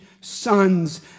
sons